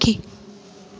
पखी